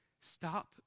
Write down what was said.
Stop